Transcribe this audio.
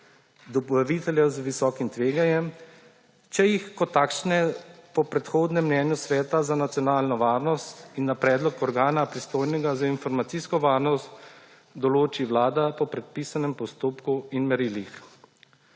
dobavitelja z visokim tveganjem, če jih kot takšne po predhodnem mnenju Sveta za nacionalno varnost in na predlog organa, pristojnega za informacijsko varnost, določi Vlada po predpisanem postopku in merilih.